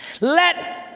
Let